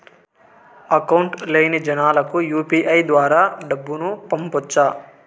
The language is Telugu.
అకౌంట్ లేని జనాలకు యు.పి.ఐ ద్వారా డబ్బును పంపొచ్చా?